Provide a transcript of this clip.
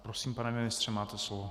Prosím, pane ministře, máte slovo.